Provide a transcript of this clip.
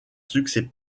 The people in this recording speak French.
succès